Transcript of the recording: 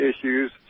issues